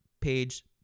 page